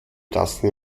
tassen